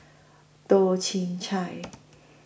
Toh Chin Chye